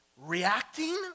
reacting